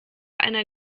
einer